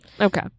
Okay